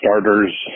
starters